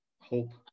hope